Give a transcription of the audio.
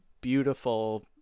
beautiful